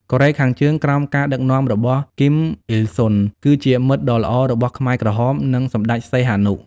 កូរ៉េខាងជើងក្រោមការដឹកនាំរបស់ គីម អ៊ីលសុង គឺជាមិត្តដ៏ល្អរបស់ខ្មែរក្រហម និងសម្ដេចសីហនុ។